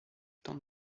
tente